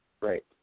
Right